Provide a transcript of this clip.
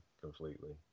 completely